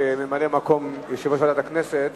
כממלא-מקום יושב-ראש ועדת הכנסת